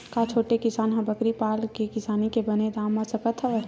का छोटे किसान ह बकरी पाल के किसानी के बने दाम पा सकत हवय?